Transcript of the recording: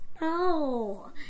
No